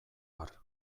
har